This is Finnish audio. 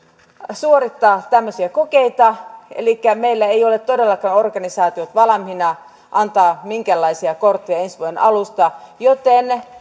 suorittaa tämmöisiä kokeita elikkä meillä ei ole todellakaan organisaatiot valmiina antamaan minkäänlaisia kortteja ensi vuoden alusta joten